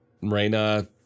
Reyna